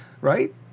right